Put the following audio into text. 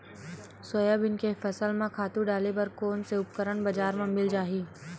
Soybean के फसल म खातु डाले बर कोन से उपकरण बजार म मिल जाहि?